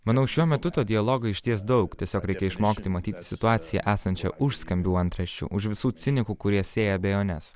manau šiuo metu to dialogo išties daug tiesiog reikia išmokti matyti situaciją esančią už skambių antraščių už visų cinikų kurie sėja abejones